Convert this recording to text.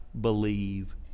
believe